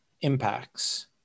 impacts